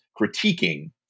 critiquing